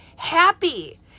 happy